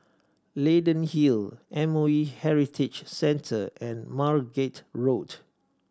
Leyden Hill M O E Heritage Centre and Margate Road